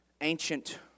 ancient